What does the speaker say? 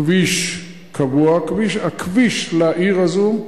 כביש קבוע, כביש לעיר הזאת,